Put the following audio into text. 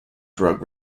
drug